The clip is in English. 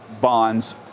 bonds